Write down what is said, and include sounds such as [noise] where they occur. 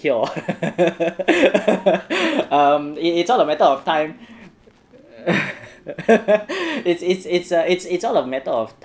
cure [laughs] um it's all a matter of time [laughs] it's it's it's a it's it's all a matter of